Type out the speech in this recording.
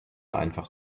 einfach